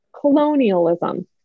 colonialism